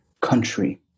country